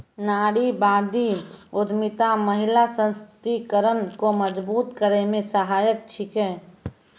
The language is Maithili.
नारीवादी उद्यमिता महिला सशक्तिकरण को मजबूत करै मे सहायक छिकै